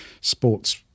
sports